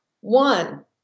one